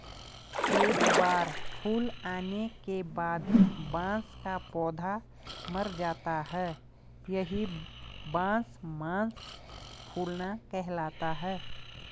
एक बार फूल आने के बाद बांस का पौधा मर जाता है यही बांस मांस फूलना कहलाता है